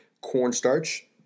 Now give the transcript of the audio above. cornstarch